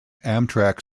amtrak